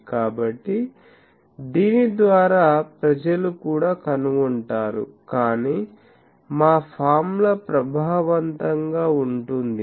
కాబట్టి దీని ద్వారా ప్రజలు కూడా కనుగొంటారు కాని మా ఫార్ములా ప్రభావవంతంగా ఉంటుంది